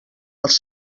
els